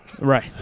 Right